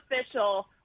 official